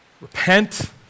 repent